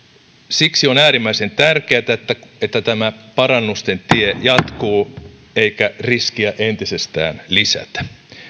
siksi on äärimmäisen tärkeätä että että tämä parannusten tie jatkuu eikä riskiä entisestään lisätä